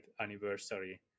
anniversary